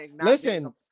Listen